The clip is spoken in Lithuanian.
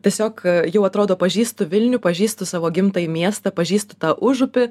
kad tiesiog jau atrodo pažįstu vilnių pažįstu savo gimtąjį miestą pažįstu tą užupį